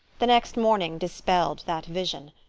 the next morning dispelled that vision.